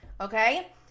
Okay